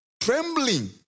trembling